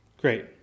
Great